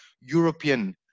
European